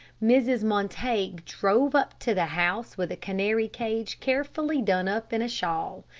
mrs. montague drove up to the house with a canary cage carefully done up in a shawl.